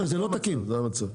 זה המצב.